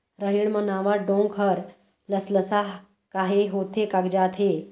रहेड़ म नावा डोंक हर लसलसा काहे होथे कागजात हे?